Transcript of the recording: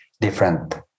different